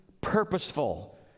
purposeful